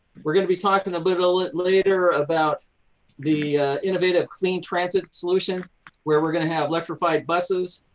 we are going to be talking a little bit later about the innovative clean transit solution where we are going to have electrified buses.